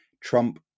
Trump